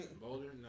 Boulder